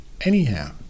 anyhow